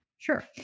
Sure